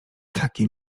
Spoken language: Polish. taki